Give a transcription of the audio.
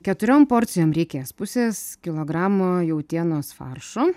keturiom porcijom reikės pusės kilogramo jautienos faršo